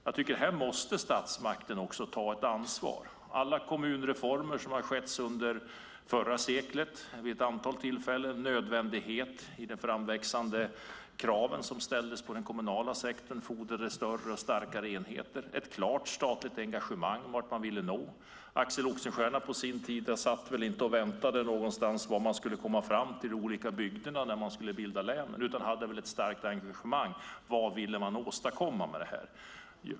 Jag tycker att statsmakten måste ta ett ansvar här. Jag tänker på alla kommunreformer som skedde under förra seklet vid ett antal tillfällen. Det gjordes med nödvändighet i och med de framväxande krav som ställdes på den kommunala sektorn. Det fordrades större och starkare enheter. Det fanns ett klart statligt engagemang i vart man ville nå. Axel Oxenstierna satt väl på sin tid inte någonstans och väntade på vad de skulle komma fram till i de olika bygderna när länen skulle bildas. Han hade ett starkt engagemang i vad man ville åstadkomma med detta.